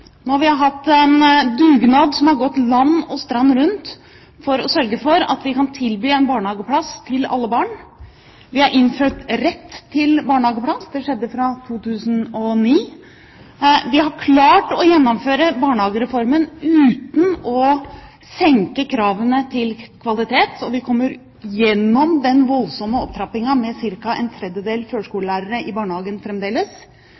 Nå har vi hatt en dugnad som har gått land og strand rundt for å sørge for at vi kan tilby en barnehageplass til alle barn. Vi har innført rett til barnehageplass – det skjedde fra 2009. Vi har klart å gjennomføre barnehagereformen uten å senke kravene til kvalitet, og vi kommer igjennom den voldsomme opptrappingen med ca. en tredjedel førskolelærere i barnehagen fremdeles.